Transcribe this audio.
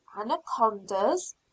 Anacondas